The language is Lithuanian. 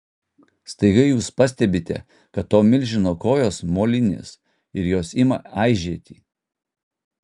staiga jūs pastebite kad to milžino kojos molinės ir jos ima aižėti